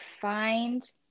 find